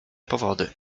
powody